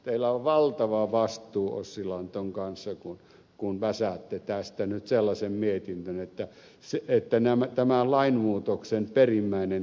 teillä on valtava vastuu ossi lanton kanssa kun väsäätte tästä nyt sellaisen mietinnön että tämän lainmuutoksen perimmäinen tavoite toteutuu